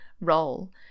role